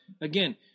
again